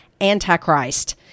antichrist